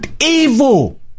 evil